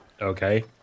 okay